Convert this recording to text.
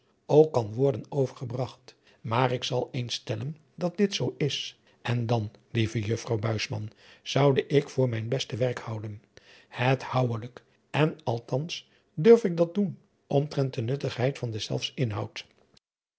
ook kan worden overgebragt maar ik zal eens stellen dat dit zoo is en dan lieve juffrouw buisman zoude ik voor mijn beste werk houden het houwelick en althans durf ik dat doen omtrent de nuttigheid van deszelfs inhoud